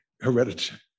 hereditary